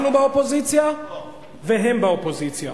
אנחנו באופוזיציה והם באופוזיציה.